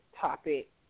topic